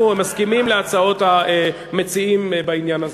אנחנו מסכימים להצעות המציעים בעניין הזה.